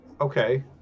okay